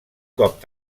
cop